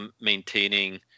maintaining